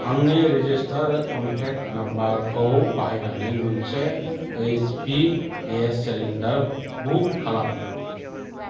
आंनि registered contact नाम्बारखौ बाहायनानै मोनसे H P gas cylinder book खालाम